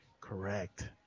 Correct